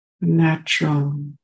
natural